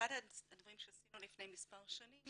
אחד הדברים שעשינו לפני מספר שנים